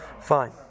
Fine